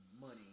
money